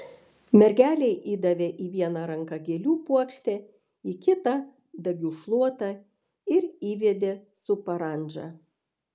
mergelei įdavė į vieną ranką gėlių puokštę į kitą dagių šluotą ir įvedė su parandža